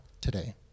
today